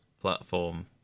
platform